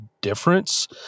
difference